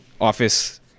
office